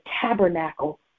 tabernacle